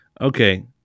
Okay